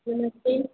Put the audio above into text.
नमस्ते